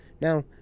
Now